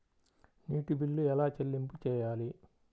నీటి బిల్లు ఎలా చెల్లింపు చేయాలి?